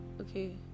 okay